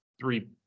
three